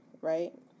right